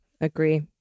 Agree